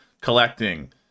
collecting